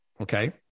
Okay